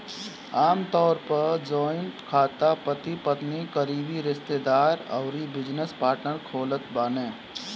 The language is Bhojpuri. आमतौर पअ जॉइंट खाता पति पत्नी, करीबी रिश्तेदार अउरी बिजनेस पार्टनर खोलत बाने